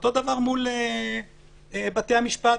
אותו דבר מול בתי המשפט.